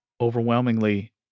overwhelmingly